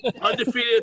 undefeated